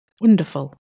Wonderful